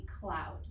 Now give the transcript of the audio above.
cloud